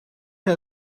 her